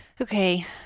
Okay